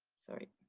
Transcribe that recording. sorry.